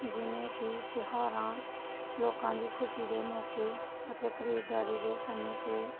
ਜਿਵੇਂ ਕਿ ਤਿਉਹਾਰਾਂ ਲੋਕਾਂ ਦੀ ਖੁਸ਼ੀ ਦੇ ਮੌਕੇ ਅਤੇ ਖਰੀਦਦਾਰੀ ਦੇ ਸਮੇਂ 'ਤੇ